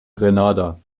grenada